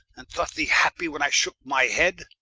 and thought thee happy when i shooke my head.